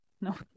no